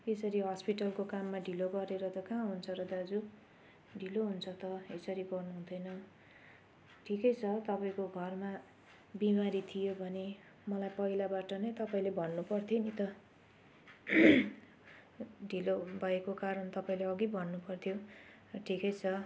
त्यसरी हस्पिटलको काममा ढिलो गरेर त कहाँ हुन्छ र दाजु ढिलो हुन्छ त यसरी गर्नु हुँदैन ठिकै छ तपाईँको घरमा बिमारी थियो भने मलाई पहिलाबाट नै तपाईँले भन्नुपर्थ्यो नि त ढिलो भएको कारण तपाईँले अघि भन्नुपर्थ्यो ठिकै छ